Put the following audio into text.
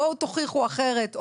בואו תוכיחו אחרת.